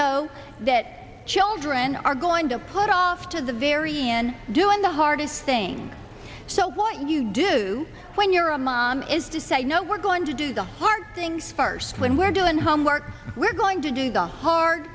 know that children are going to put off to the very end doing the hardest thing so what you do when you're a mom is to say no we're going to do the hard things first when we're doing homework we're going to do the har